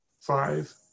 Five